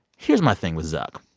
here's my thing with zuck.